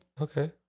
Okay